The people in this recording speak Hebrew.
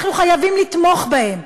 אנחנו חייבים לתמוך בהם.